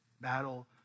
battle